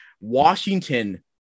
Washington